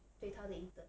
对她的 intern